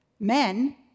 Men